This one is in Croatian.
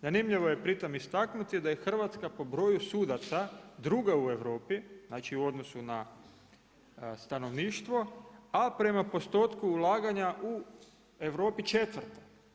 Zanimljivo je pritom istaknuti da je Hrvatska po broju sudaca druga u Europi, znači u odnosu na stanovništvo, a prema postotku ulaganja u Europi četvrta.